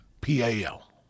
PAL